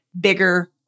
bigger